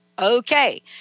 Okay